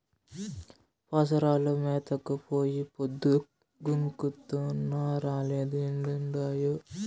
పసరాలు మేతకు పోయి పొద్దు గుంకుతున్నా రాలే ఏడుండాయో